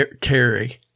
Terry